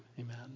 amen